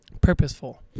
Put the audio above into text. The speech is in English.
Purposeful